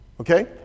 Okay